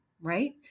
right